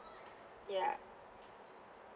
yeah